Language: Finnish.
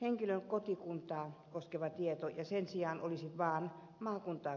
henkilön kotikuntaa koskeva tieto ja sen sijaan olisi vaan maakuntaa koskeva tieto